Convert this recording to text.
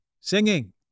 Singing